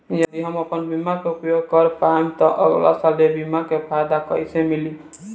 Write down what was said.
यदि हम आपन बीमा ना उपयोग कर पाएम त अगलासाल ए बीमा के फाइदा कइसे मिली?